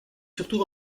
surtout